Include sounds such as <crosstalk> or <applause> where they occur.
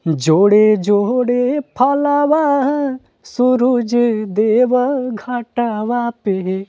<unintelligible>